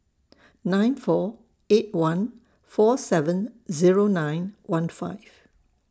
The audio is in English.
nine four eight one four seven Zero nine one five